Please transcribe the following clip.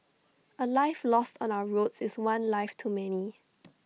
A life lost on our roads is one life too many